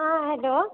हँ हेलो